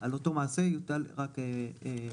לא בטעות נכתב ועדת הכספים.